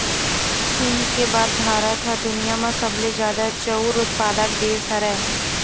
चीन के बाद भारत ह दुनिया म सबले जादा चाँउर उत्पादक देस हरय